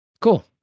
Cool